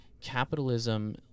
capitalism